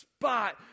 spot